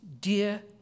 dear